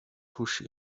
出使